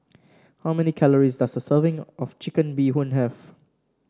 how many calories does a serving of Chicken Bee Hoon have